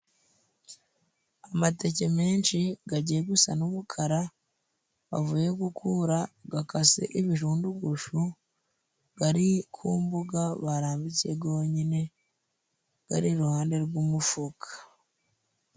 Amateke menshi gagiye gusa n'umukara bavuye gukura gakase ibirundugushu gari ku mbuga barambitse gonyine gari iruhande rw'umufuka.